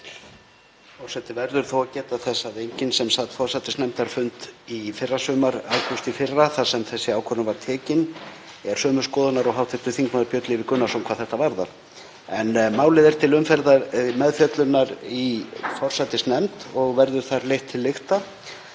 Forseti verður þó að geta þess að enginn sem sat forsætisnefndarfund í fyrrasumar, í ágúst í fyrra, þar sem þessi ákvörðun var tekin, er sömu skoðunar og hv. þm. Björn Leví Gunnarsson hvað þetta varðar. En málið er til umfjöllunar í forsætisnefnd og verður þar leitt til lykta,